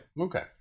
Okay